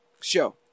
show